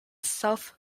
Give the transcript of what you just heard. self